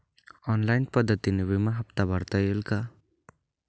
Online पद्धतीने विमा हफ्ता भरता येईल का?